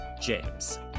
James